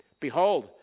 Behold